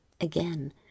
again